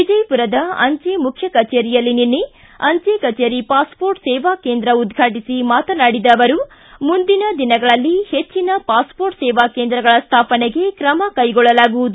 ವಿಜಯಪುರದ ಅಂಚೆ ಮುಖ್ಯ ಕಚೇರಿಯಲ್ಲಿ ನಿನ್ನೆ ಅಂಚೆ ಕಚೇರಿ ಪಾಸ್ಮೋರ್ಟ್ ಸೇವಾ ಕೇಂದ್ರ ಉದ್ಘಾಟಿಸಿ ಮಾತನಾಡಿದ ಅವರು ಮುಂದಿನ ದಿನಗಳಲ್ಲಿ ಹೆಚ್ಚಿನ ಪಾಸ್ಮೋರ್ಟ್ ಸೇವಾ ಕೇಂದ್ರಗಳ ಸ್ವಾಪನೆಗೆ ಕ್ರಮ ಕೈಗೊಳ್ಳಲಾಗುವುದು